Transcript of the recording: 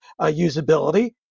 usability